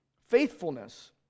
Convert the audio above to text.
faithfulness